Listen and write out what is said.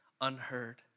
unheard